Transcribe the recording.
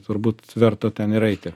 turbūt verta ten ir eiti